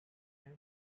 him